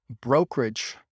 brokerage